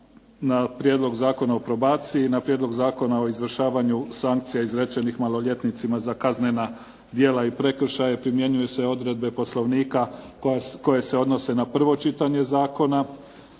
Na Prijedlog zakona o probaciji, na Prijedlog zakona o izvršavanju sankcija izrečenih maloljetnicima za kaznena djela i prekršaje primjenjuju se odredbe Poslovnika koje se odnose na prvo čitanje zakona,